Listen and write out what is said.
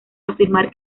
afirmar